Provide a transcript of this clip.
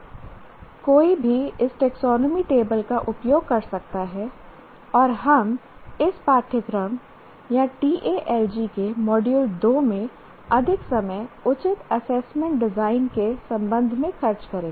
इसलिए कोई भी इस टेक्सोनोमी टेबल का उपयोग कर सकता है और हम इस पाठ्यक्रम या TALG के मॉड्यूल 2 में अधिक समय उचित असेसमेंट डिजाइन के संबंध में खर्च करेंगे